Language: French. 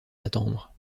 attendre